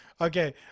Okay